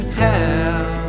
tell